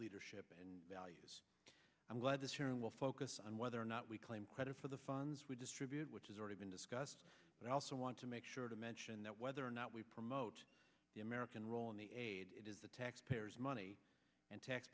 leadership and values i'm glad this hearing will focus on whether or not we claim credit for the funds we distribute which is already been discussed but i also want to make sure to mention that whether or not we promote the american role in the aid it is the taxpayers money and tax